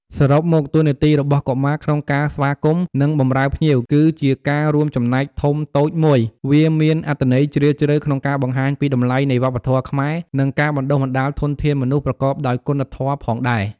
សរុបមក តួនាទីរបស់កុមារក្នុងការស្វាគមន៍ និងបម្រើភ្ញៀវ គឺជាការរួមចំណែកធំតូចមួយ វាមានអត្ថន័យជ្រាលជ្រៅក្នុងការបង្ហាញពីតម្លៃនៃវប្បធម៌ខ្មែរ និងការបណ្ដុះបណ្ដាលធនធានមនុស្សប្រកបដោយគុណធម៌ផងដែរ។